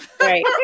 Right